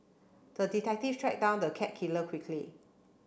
the detective tracked down the cat killer quickly